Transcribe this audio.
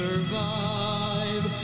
Survive